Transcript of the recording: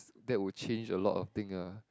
that would change a lot of thing ah